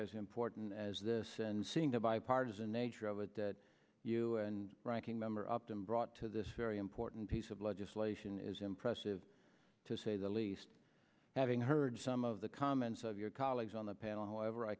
as important as this and seeing the bipartisan nature of it that you and ranking member upton brought to this very important piece of legislation is impressive to say the least having heard some of the comments of your colleagues on the panel ever i